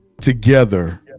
together